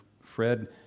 fred